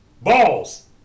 Balls